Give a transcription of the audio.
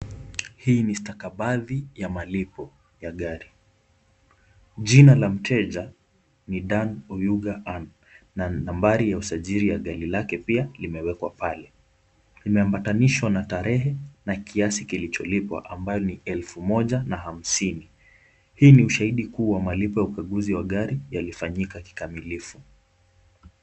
Hii ni stakabadhi ya malipo ya gari. Jina la mteja ni Dan Oyuga Ann na nambari ya usajili wa gari yake pia imewekwa pale. Imeambatanishwa na tarehe na kiasi kilicho lipwa ambayo ni elfu moja na hamsini. Hii ni ushahidi kua malipo ya ukaguzi wa gari yalifanyika kikamilifu.